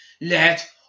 Let